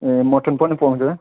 ए mutton पनि पाउँछ है